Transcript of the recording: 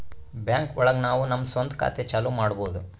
bank ಒಳಗ ನಾವು ನಮ್ ಸ್ವಂತ ಖಾತೆ ಚಾಲೂ ಮಾಡ್ಬೋದು